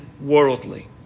worldly